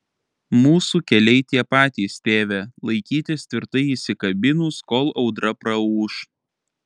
mūsų keliai tie patys tėve laikytis tvirtai įsikabinus kol audra praūš